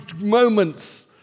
moments